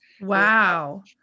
Wow